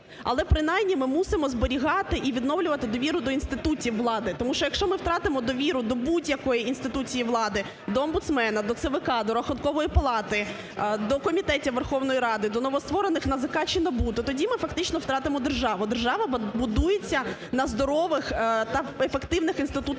але принаймні ми мусимо зберігати і відновлювати довіру до інститутів влади. Тому що, якщо ми втратимо довіру до будь-якої інституції влади, до омбудсмена, до ЦВК, до Рахункової палати, до комітетів Верховної Ради, до новостворених НАЗК чи НАБУ, то тоді ми фактично втратимо державу, а держава будується на здорових та ефективних інститутах